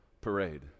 parade